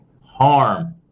harm